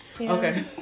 Okay